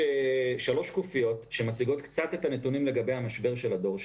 שלוש שקופיות שמציגות קצת את הנתונים לגבי המשבר של הדור שלנו,